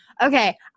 okay